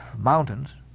mountains